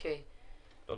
תודה.